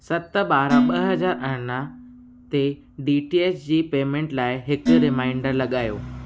सत बारहं ॿ हज़ार अरिड़हं ते डी टी एच जी पेमेंट लाइ हिकु रिमाइंडर लॻायो